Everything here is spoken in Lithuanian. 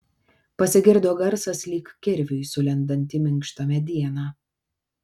pasigirdo garsas lyg kirviui sulendant į minkštą medieną